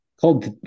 called